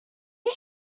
you